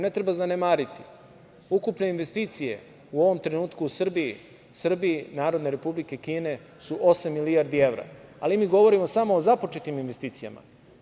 Ne treba zanemariti: ukupne investicije u ovom trenutku u Srbiji Narodne Republike Kine su osam milijardi evra, ali mi govorimo samo o započetim investicijama.